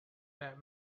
that